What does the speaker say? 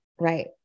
Right